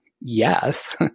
yes